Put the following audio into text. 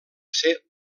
ser